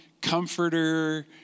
comforter